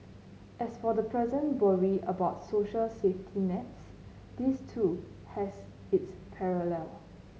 as for the present worry about social safety nets this too has its parallel